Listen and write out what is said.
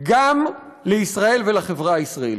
גם לישראל ולחברה הישראלית.